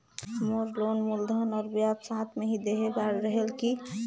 मोर लोन मूलधन और ब्याज साथ मे ही देहे बार रेहेल की?